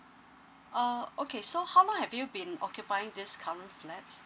uh okay so how long have you been occupying this current flat